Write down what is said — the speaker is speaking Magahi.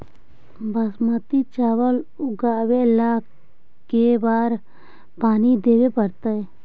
बासमती चावल उगावेला के बार पानी देवे पड़तै?